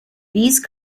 these